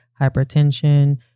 hypertension